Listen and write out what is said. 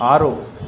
ಆರು